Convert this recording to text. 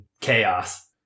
chaos